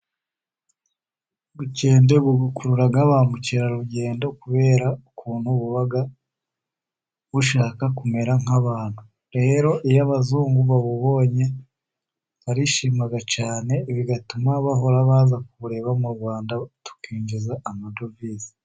Ubukende bukurura ba mukerarugendo kubera ukuntu buba bushaka kumera nk'abantu, rero iyo abazungu babubonye barishima cyane bigatuma bahora baza kubureba mu Rwanda tukinjiza amadovize.